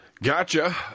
Gotcha